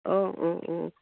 অঁ অঁ অঁ